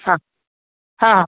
हां हां हां